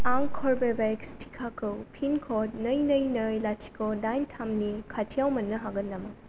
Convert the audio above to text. आं कर्वेभेक्स टिकाखौ पिन क'ड नै नै नै लाथिख' दाइन थाम नि खाथिआव मोन्नो हागोन नामा